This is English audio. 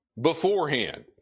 beforehand